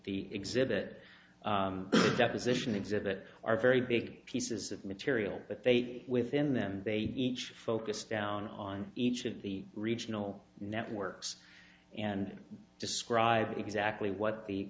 the exhibit deposition exhibit are very big pieces of material but they say within them they each focused down on each of the regional networks and describe exactly what the